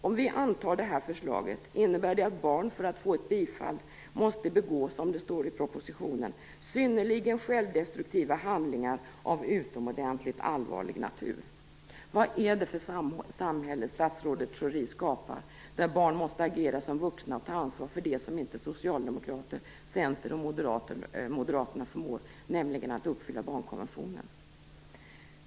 Om vi antar det här förslaget innebär det att barn för att få ett bifall måste begå - som det står i propositionen - "synnerligen självdestruktiva handlingar av utomordentligt allvarlig natur": Vad är det för ett samhälle som statsrådet Schori skapar där barn måste agera som vuxna och ta ansvar för det som inte Socialdemokraterna, Centern och Moderaterna förmår, nämligen att uppfylla barnkonventionen?